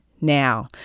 now